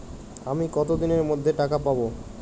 আমি কতদিনের মধ্যে টাকা পাবো?